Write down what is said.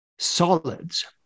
Solids